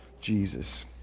Jesus